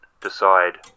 decide